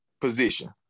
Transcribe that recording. position